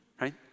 right